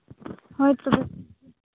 ᱦᱳᱭ ᱛᱚᱵᱮ ᱴᱷᱤᱠ ᱜᱮᱭᱟ